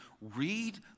read